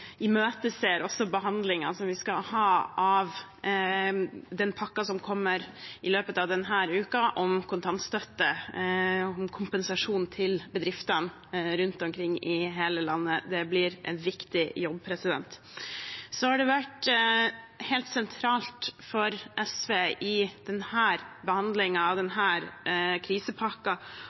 imøteser behandlingen vi skal ha av den pakken som kommer i løpet av denne uken, om kontantstøtte, om kompensasjon til bedriftene rundt omkring i hele landet. Det blir en viktig jobb. Det har vært helt sentralt for SV i behandlingen av